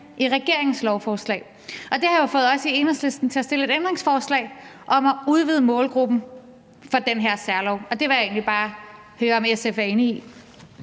i regeringens lovforslag, og det har jo fået os i Enhedslisten til at stille et ændringsforslag om at udvide målgruppen for den her særlov. Og det vil jeg egentlig bare høre om SF er enig i.